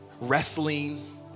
wrestling